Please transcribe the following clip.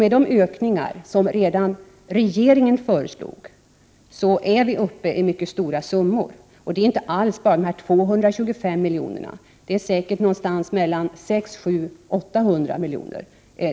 Med de ökningar som regeringen förslagit kommer det upp i mycket stora summor. Det rör sig inte bara om dessa 225 miljoner. Det totala miljöbiståndet ligger säkert någonstans mellan 600 och 800 miljoner.